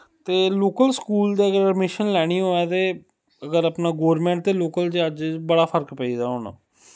ते local school दे च अगर अडमिशन लैनी होऐ ते अगर अपना गौरमैंट ते लोकल च अज्ज बड़ा फर्क पेई दा हून